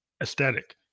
aesthetic